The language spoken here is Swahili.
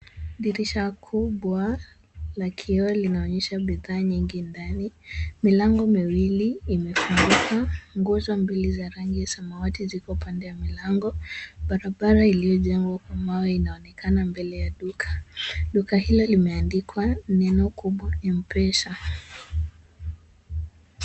Dirisha kubwa la kioo linaonyesha bidhaa nyingi ndani. Milango miwili imefunguka. Nguzo mbili za rangi ya samawati ziko pande ya milango. Barabara iliyojengwa kwa mawe inaonekana mbele ya duka. Duka hilo limeandikwa neno kubwa, Mpesa.